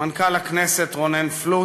מנכ"ל הכנסת רונן פלוט,